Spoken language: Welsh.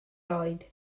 oed